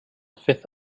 fifth